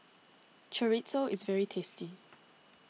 Chorizo is very tasty